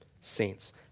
saints